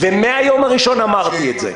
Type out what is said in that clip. ומהיום הראשון אמרתי את זה.